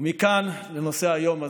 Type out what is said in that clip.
ומכאן לנושא היום הזה,